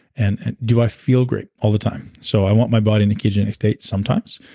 and and do i feel great all the time? so i want my body in a ketogenic state sometimes.